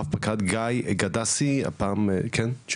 רב פקד גיא גדסי, בבקשה.